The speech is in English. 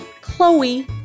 Chloe